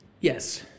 Yes